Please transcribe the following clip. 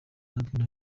natwe